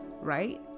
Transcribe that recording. right